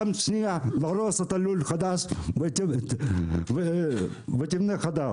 פעם שנייה תהרוס את הלול החדש ותבנה חדש,